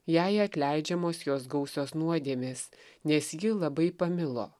jai atleidžiamos jos gausios nuodėmės nes ji labai pamilo